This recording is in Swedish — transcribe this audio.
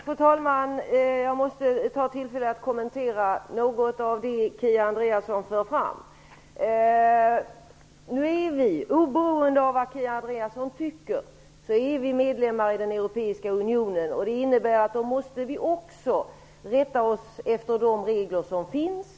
Fru talman! Jag måste ta tillfället i akt att kommentera något av det som Kia Andreasson för fram. Oberoende av vad Kia Andreasson tycker är Sverige medlem av den europeiska unionen, och det innebär att vi måste rätta oss efter regler som där finns.